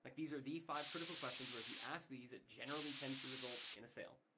like these are the five critical questions where if you ask these, it generally tends to result in a sale.